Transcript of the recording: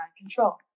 control